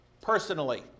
personally